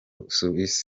busuwisi